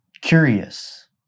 curious